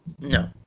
No